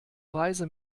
weise